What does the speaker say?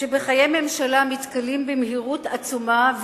שבחיי ממשלה מתכלים במהירות עצומה,